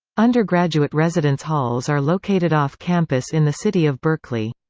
undergraduate residence halls are located off-campus in the city of berkeley.